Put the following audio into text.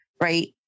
right